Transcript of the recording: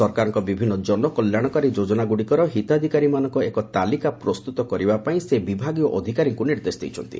ସରକାରଙ୍କର ବିଭିନ୍ନ ଜନକଲ୍ୟାଣକାରୀ ଯୋଜନାଗୁଡ଼ିକର ହିତାଧିକାରୀମାନଙ୍କ ଏକ ତାଲିକା ପ୍ରସ୍ତୁତ କରିବା ପାଇଁ ସେ ବିଭାଗୀୟ ଅଧିକାରୀଙ୍କୁ ନିର୍ଦ୍ଦେଶ ଦେଇଛନ୍ତି